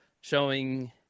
showing